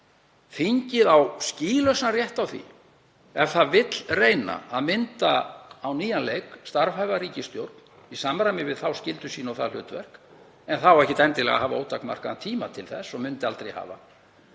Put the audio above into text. Þingið á skýlausan rétt á því ef það vill reyna að mynda á nýjan leik starfhæfa ríkisstjórn í samræmi við þá skyldu sína og það hlutverk, en það á ekki endilega að hafa ótakmarkaðan tíma til þess og myndi aldrei hafa.